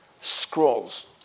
scrolls